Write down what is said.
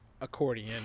accordion